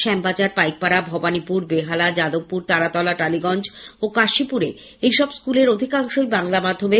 শ্যামবাজার পাইকপাড়া ভবানীপুর বেহালা যাদবপুর তারাতলা টালীগঞ্জ ও কাশিপুরে এই সব স্কুলগুলির অধিকাংশই বাংলা মাধ্যমের